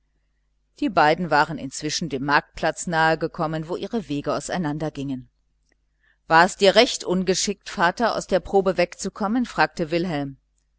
die beiden waren inzwischen dem marktplatz nahe gekommen wo ihre wege auseinandergingen war es dir recht ungeschickt vater aus der probe wegzukommen fragte wilhelm